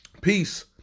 peace